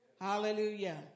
Hallelujah